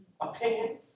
opinion